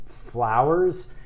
flowers